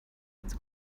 its